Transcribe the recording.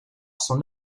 son